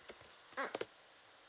mm